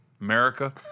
America